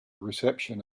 reception